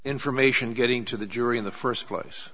information getting to the jury in the first place